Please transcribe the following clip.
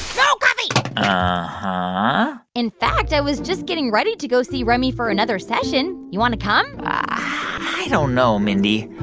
no coffee uh-huh in fact, i was just getting ready to go see remi for another session. do you want to come? ah i don't know, mindy.